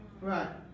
Right